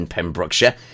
Pembrokeshire